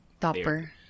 Topper